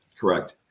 Correct